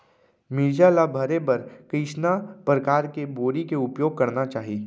मिरचा ला भरे बर कइसना परकार के बोरी के उपयोग करना चाही?